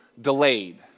delayed